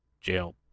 Jail